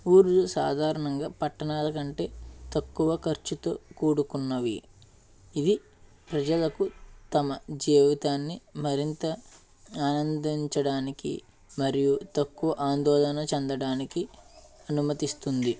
ఊర్లు సాధారణంగా పట్టణాల కంటే తక్కువ ఖర్చుతో కూడుకున్నవి ఇది ప్రజలకు తమ జీవితాన్ని మరింత ఆనందించడానికి మరియు తక్కువ ఆందోళన చెందడానికి అనుమతిస్తుంది